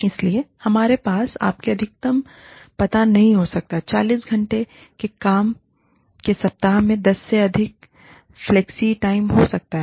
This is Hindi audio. इसलिए हमारे पास आपके अधिकतम पता नहीं हो सकता है 40 घंटे के काम के सप्ताह में 10 से अधिक फ्लेक्सी टाइम हो सकता है